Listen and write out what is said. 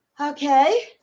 Okay